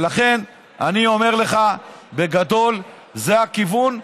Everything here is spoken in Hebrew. אני אומר לך: בגדול, זה הכיוון.